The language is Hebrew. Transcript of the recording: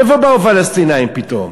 מאיפה באו הפלסטינים פתאום?